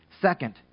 Second